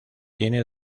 tiene